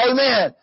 Amen